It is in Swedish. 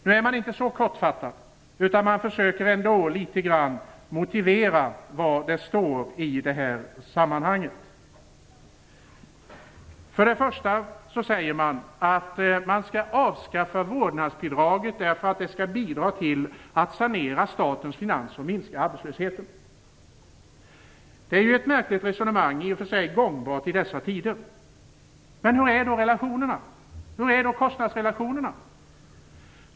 Nu är man inte så kortfattad, utan man försöker motivera vad det står. Man skall avskaffa vårdnadsbidraget, till att börja med därför att det skall bidra till att sanera statens finanser och minska arbetslösheten. Det är ett märkligt resonemang, i och för sig gångbart i dessa tider. Men hur är då kostnadsrelationerna?